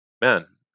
man